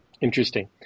Interesting